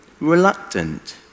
reluctant